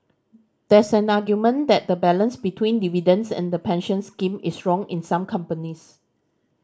there's an argument that the balance between dividends and the pension scheme is wrong in some companies